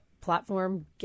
platform